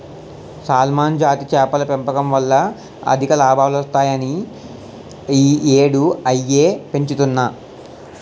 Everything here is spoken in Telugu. సాల్మన్ జాతి చేపల పెంపకం వల్ల అధిక లాభాలొత్తాయని ఈ యేడూ అయ్యే పెంచుతన్ను